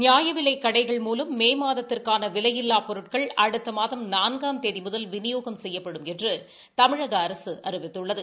நியாயவிலைக் கடைகள் மூலம் மே மாதத்திற்கான விலையில்லாப் பொருட்கள் அடுத்த மாதம் நான்காம் தேதி முதல் விநியோகம் செய்யப்படும் என்று தமிழக அரசு அறிவித்துள்ளது